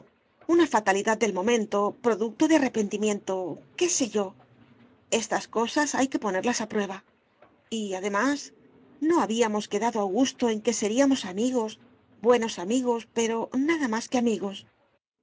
una fatalidad del momento producto de arrepentimiento qué sé yo estas cosas hay que ponerlas a prueba y además no habíamos quedado augusto en que seríamos amigos buenos amigos pero nada más que amigos